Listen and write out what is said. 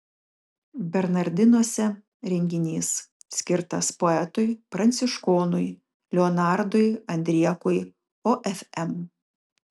bernardinuose renginys skirtas poetui pranciškonui leonardui andriekui ofm